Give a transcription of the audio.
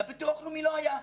לביטוח הלאומי לא היה,